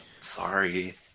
sorry